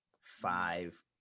five